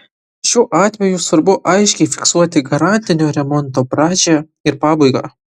šiuo atveju svarbu aiškiai fiksuoti garantinio remonto pradžią ir pabaigą